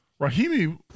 Rahimi